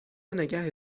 نگه